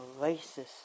racist